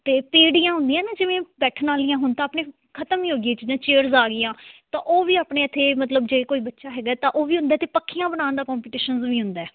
ਅਤੇ ਪੀੜ੍ਹੀਆਂ ਹੁੰਦੀਆਂ ਹੈ ਨਾ ਜਿਵੇਂ ਬੈਠਣ ਵਾਲੀਆਂ ਹੁਣ ਤਾਂ ਆਪਣੇ ਖਤਮ ਹੀ ਹੋ ਗਈਆਂ ਇਹ ਚੀਜ਼ਾਂ ਚੇਅਰਸ ਆ ਗਈਆਂ ਤਾਂ ਉਹ ਵੀ ਆਪਣੇ ਇੱਥੇ ਮਤਲਬ ਜੇ ਕੋਈ ਬੱਚਾ ਹੈਗਾ ਤਾਂ ਉਹ ਵੀ ਹੁੰਦਾ ਅਤੇ ਪੱਖੀਆਂ ਬਣਾਉਣ ਦਾ ਕੋਪੀਟੀਸ਼ਨ ਵੀ ਹੁੰਦਾ